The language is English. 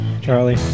Charlie